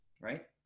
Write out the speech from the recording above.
right